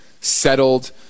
settled